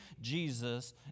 Jesus